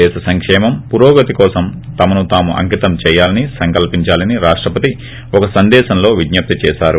దేశ సంకేమం పురోగతి కోసం తమను తాము అంకితం చేయాలని సంకల్సించాలని రాష్టపతి ఒక సందేశంలో విజ్ణప్తి చేశారు